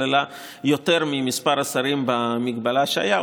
כללה יותר ממספר השרים במגבלה שהייתה.